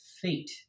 feet